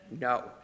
No